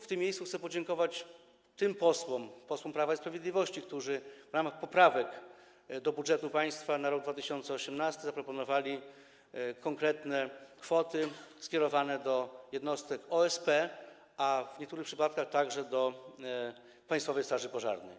W tym miejscu chcę podziękować tym posłom, posłom Prawa i Sprawiedliwości, którzy w ramach poprawek do budżetu państwa na rok 2018 zaproponowali konkretne kwoty skierowane do jednostek OSP, a w niektórych przypadkach także do Państwowej Straży Pożarnej.